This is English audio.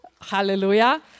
hallelujah